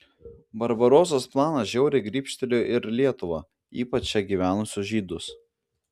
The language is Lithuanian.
barbarosos planas žiauriai grybštelėjo ir lietuvą ypač čia gyvenusius žydus